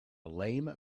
lame